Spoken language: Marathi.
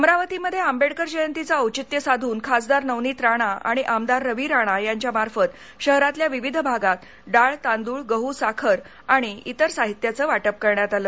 अमरावती मध्ये आंबेडकर जयंतीचं औचित्य साधून खासदार नवनीत राणा आणिआमदार रवी राणा यांच्या मार्फत शहरातल्या विविध भागात डाळ तांदूळ गहु साखर आणि इतर साहित्याचं वाटप करण्यात आलं